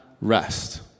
rest